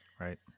Right